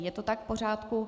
Je to tak v pořádku?